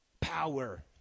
power